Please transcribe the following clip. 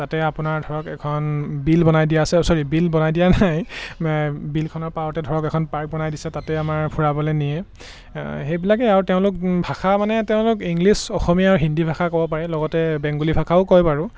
তাতে আপোনাৰ ধৰক এখন বিল বনাই দিয়া আছে অ' চৰি বিল বনাই দিয়া নাই বিলখনৰ পাৰতে ধৰক এখন পাৰ্ক বনাই দিছে তাতে আমাৰ ফুৰাবলৈ নিয়ে সেইবিলাকেই আৰু তেওঁলোক ভাষা মানে তেওঁলোক ইংলিছ অসমীয়া আৰু হিন্দী ভাষা ক'ব পাৰে লগতে বেংগলী ভাষাও কয় বাৰু